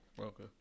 Okay